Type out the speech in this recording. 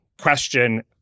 question